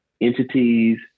entities